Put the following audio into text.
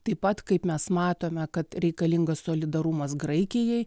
taip pat kaip mes matome kad reikalingas solidarumas graikijai